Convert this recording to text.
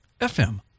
FM